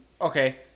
okay